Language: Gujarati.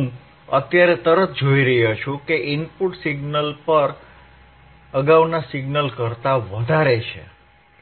હું અત્યારે તરત જોઇ રહ્યો છું કે ઇનપુટ પર સિગ્નલ અગાઉના સિગ્નલ કરતા વધારે છે